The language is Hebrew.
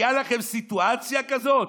הייתה לכם סיטואציה כזאת?